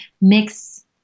mix